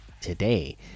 today